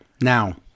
Now